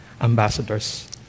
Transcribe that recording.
ambassadors